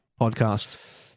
podcast